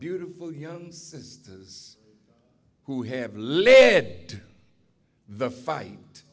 beautiful young sisters who have led the fight